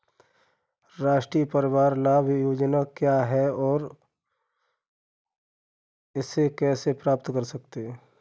राष्ट्रीय परिवार लाभ परियोजना क्या है और इसे कैसे प्राप्त करते हैं?